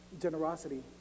generosity